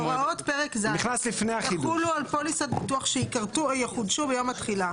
הוראות פרק ז' יחולו על פוליסת ביטוח שייכרתו או יחודשו ביום התחילה.